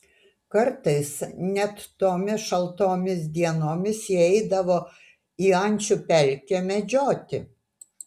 kartais net tomis šaltomis dienomis jie eidavo į ančių pelkę medžioti